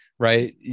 Right